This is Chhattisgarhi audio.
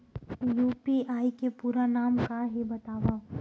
यू.पी.आई के पूरा नाम का हे बतावव?